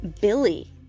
Billy